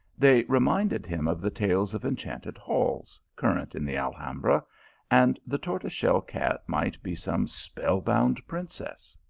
they reminded him of the tales of enchanted halls, current in the alham bra and the tortoise-shell cat might be some spell bound princess.